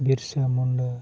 Birsa Munda